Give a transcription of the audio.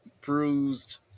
bruised